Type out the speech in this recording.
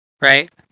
right